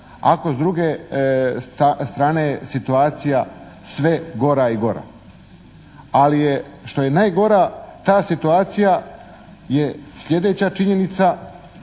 ako s druge strane situacija sve gora i gora? Ali je što je najgora ta situacija je sljedeća činjenica